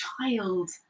child